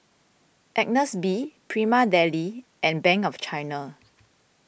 Agnes B Prima Deli and Bank of China